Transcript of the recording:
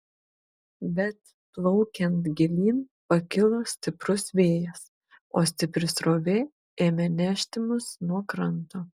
bet plaukiant gilyn pakilo stiprus vėjas o stipri srovė ėmė nešti mus nuo kranto